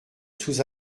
sous